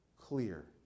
clear